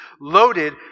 loaded